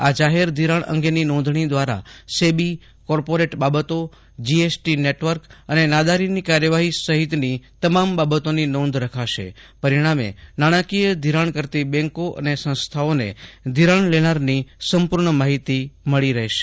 આ જાહેર ધિરાણ અંગેની નોંધજી દ્વારા સેબી કોર્પોરેટ બાબતો જીએસટી નેટવર્ક અને નાદારીની કાર્યવાહી સહિતની તમામ બાબતોની નોંધ રખાશે પરીજ્ઞામે નાજ્ઞાંકીય ષિરાજ્ઞ કરતી બેંકો અને સંસ્થાઓને ષિરાજ્ઞ લેનારની સંપુર્જ્ઞ માહિતી મળી રહેશે